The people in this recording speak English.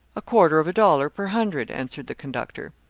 a quarter of a dollar per hundred, answered the conductor.